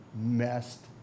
messed